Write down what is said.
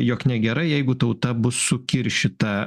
jog negerai jeigu tauta bus sukiršyta